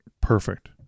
perfect